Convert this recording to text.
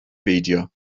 beidio